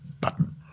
button